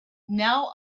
now